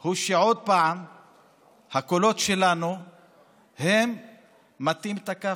הוא שעוד פעם הקולות שלנו מטים את הכף,